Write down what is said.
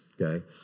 okay